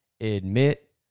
admit